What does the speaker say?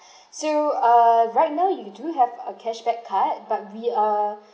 so err right now you do have a cashback card but we are